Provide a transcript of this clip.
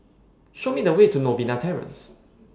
Show Me The Way to Novena Terrace